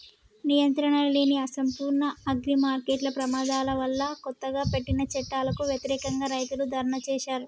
నియంత్రణలేని, అసంపూర్ణ అగ్రిమార్కెట్ల ప్రమాదాల వల్లకొత్తగా పెట్టిన చట్టాలకు వ్యతిరేకంగా, రైతులు ధర్నా చేశారు